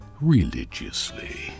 religiously